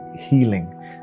healing